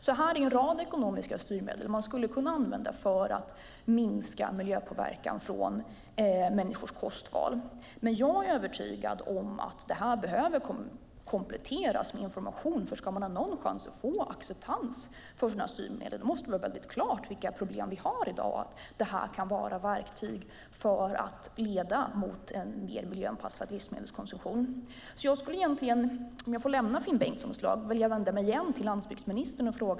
Det här är en rad ekonomiska styrmedel som kan användas för att minska miljöpåverkan från människors kostval. Jag är övertygad om att det här behöver kompletteras med information. Om det ska finnas någon chans att få acceptans för styrmedlen måste det vara klart vilka problem som finns i dag och att det här kan vara verktyg som leder mot en mer miljöanpassad livsmedelskonsumtion. Jag lämnar Finn Bengtsson ett slag och vänder mig igen till landsbygdsministern.